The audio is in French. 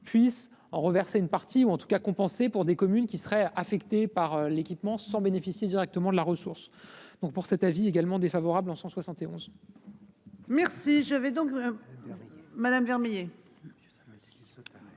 puisse en reverser une partie, ou en tout cas compenser pour des communes qui seraient affectés par l'équipement sans bénéficie directement de la ressource. Donc pour cet avis également défavorable, 160 et 11.-- Merci je vais donc. Madame Vermeillet.